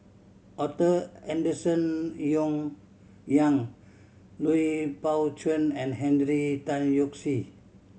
Arthur Henderson Yong Young Lui Pao Chuen and Hundred Tan Yoke See